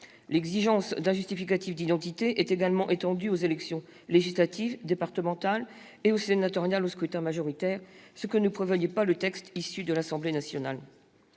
L'exigence d'un justificatif d'identité est également étendue aux élections législatives, départementales et aux sénatoriales au scrutin majoritaire, ce que ne prévoyait pas le texte issu de l'Assemblée nationale.